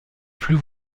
plus